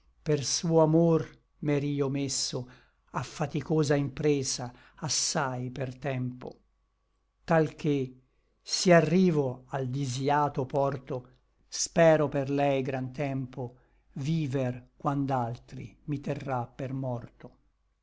per suo amor m'er'io messo a faticosa impresa assai per tempo tal che s'i'arrivo al disïato porto spero per lei gran tempo viver quand'altri mi terrà per morto